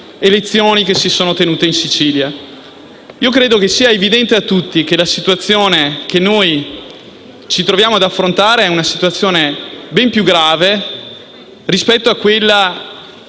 elezioni che si sono tenute in Sicilia. Credo sia evidente a tutti che la situazione che ci troviamo ad affrontare è ben più grave rispetto a quella